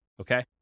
okay